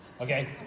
Okay